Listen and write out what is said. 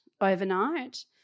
overnight